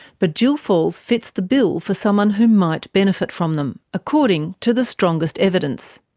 but jill falls fits the bill for someone who might benefit from them, according to the strongest evidence.